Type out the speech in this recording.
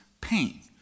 pain